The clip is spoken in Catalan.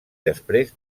després